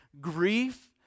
grief